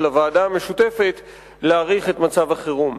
הוועדה המשותפת להאריך את מצב החירום.